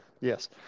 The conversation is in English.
Yes